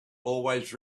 always